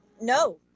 No